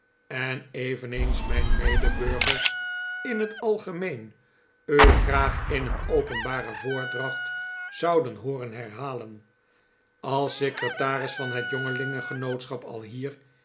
en eveneens mijn medeburgers in het algemeen u graag in een openbare voordracht zouden hooren herhalen als secretaris van het jongelingengenootschap alhier